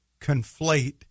conflate